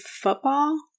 football